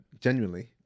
Genuinely